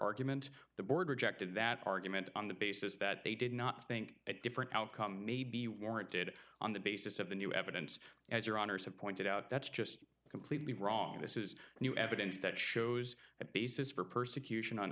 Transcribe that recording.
argument the board rejected that argument on the basis that they did not think that different outcome may be warranted on the basis of the new evidence as your honour's have pointed out that's just completely wrong this is new evidence that shows a basis for persecution on